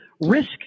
risk